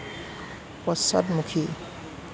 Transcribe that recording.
পশ্চাদমুখী